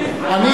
משת"פים.